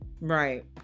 Right